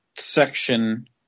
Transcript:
Section